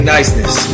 Niceness